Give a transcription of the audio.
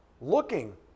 looking